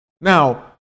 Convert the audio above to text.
Now